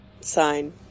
sign